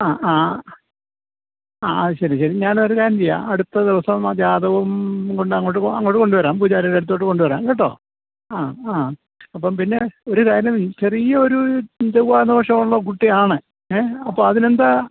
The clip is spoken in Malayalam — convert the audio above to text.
ആ ആ ആ അതു ശരി ശരി ഞാനൊരു കാര്യം ചെയ്യാം അടുത്ത ദിവസം ആ ജാതകവും കൊണ്ട് അങ്ങോട്ട് അങ്ങോട്ട് കൊണ്ടുവരാം പൂജാരിയുടെ അടുത്തോട്ട് കൊണ്ട് വരാം കേട്ടോ ആ ആ അപ്പം പിന്നെ ഒരു കാര്യം ചെറിയൊരൂ ചൊവ്വാദോഷമുള്ള കുട്ടിയാണ് ഏഹ് അപ്പോൾ അതിനെന്താ